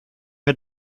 wir